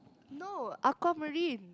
no aqua marine